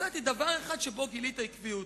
מצאתי דבר אחד שבו גילית עקביות,